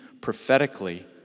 prophetically